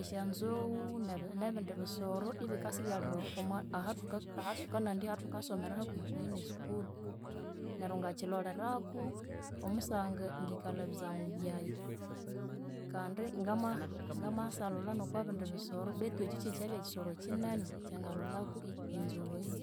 esyanzoghu nebi nebindi bisoro ibikasa ibyalhira omwa ahathukananga ahathukasomera hakuhi nesukuru neryu ngakyilholeraku omusaha ngikalha ebizamu byayi kandi ngama ngamasalholha nokwabindi bisoro betu ekyi kyekyabya kyisoro ekyinene ekyangalholhaku enzoghu eyu.